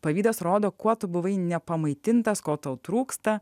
pavydas rodo kuo tu buvai nepamaitintas ko tau trūksta